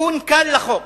תיקון קל לחוק,